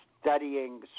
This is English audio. studying